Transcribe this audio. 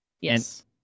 Yes